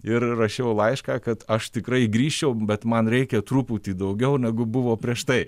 ir rašiau laišką kad aš tikrai grįžčiau bet man reikia truputį daugiau negu buvo prieš tai